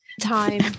time